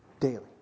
daily